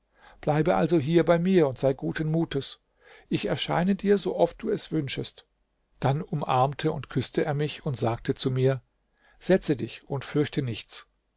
bleibe also hier bei mir und sei guten mutes ich erscheine dir so oft du es wünschest dann umarmte und küßte er mich und sagte zu mir setze dich und fürchte nichts